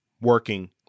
working